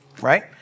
right